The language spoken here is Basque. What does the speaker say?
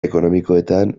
ekonomikoetan